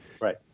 Right